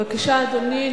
בבקשה, אדוני.